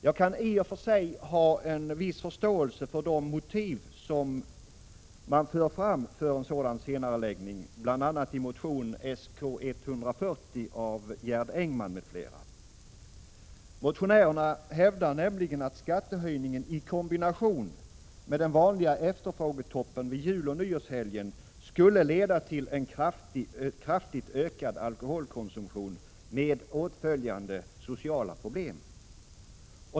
Jag kan i och för sig ha en viss förståelse för de motiv för en sådan senareläggning som framförs i motion Sk140 av Gerd Engman m.fl. Motionärerna hävdar nämligen att skattehöjningen i kombination med den vanliga efterfrågetoppen vid juloch nyårshelgen skulle leda till en kraftigt ökad alkoholkonsumtion med åtföljande sociala problem.